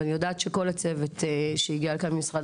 ואני יודעת שכל הצוות שהגיע לכאן ממשרד